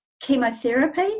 chemotherapy